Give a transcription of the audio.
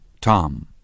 Tom